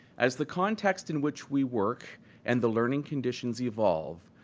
as the context in which we work and the learning conditions evolve,